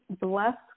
bless